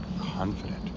confident